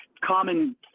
common